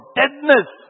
deadness